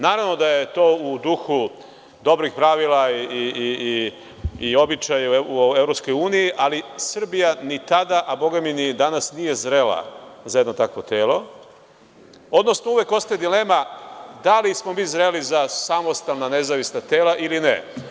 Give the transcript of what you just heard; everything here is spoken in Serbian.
Naravno da je to u duhu dobrih pravila i običaja u EU, ali Srbija ni tada, a bogami ni danas nije zrela za jedno takvo telo, odnosno uvek ostaje dilema da li smo mi zreli za samostalna nezavisna tela ili ne.